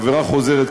עבירה חוזרת,